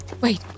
Wait